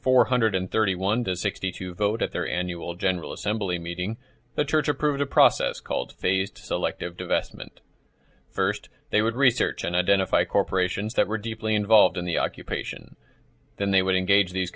four hundred thirty one to sixty two vote at their annual general assembly meeting the church approved a process called phased selective divestment first they would research and identify corporations that were deeply involved in the occupation then they would engage these